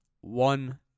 one